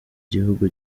gihugu